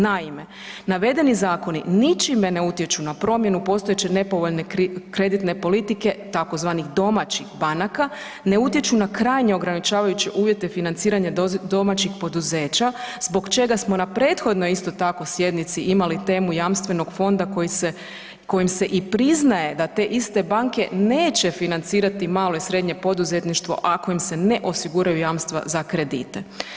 Naime, navedeni zakoni ničime ne utječu na promjenu postojeće nepovoljne kreditne politike tzv. domaćih banaka, ne utječu na krajnje ograničavajuće uvjete financiranja domaćih poduzeća zbog čega smo na prethodnoj isto tako sjednici imali temu jamstvenog fonda koji se, kojim se i priznaje da te iste banke neće financirati malo i srednje poduzetništvo ako im se ne osiguraju jamstva za kredite.